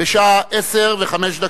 בשעה 10:05,